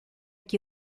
que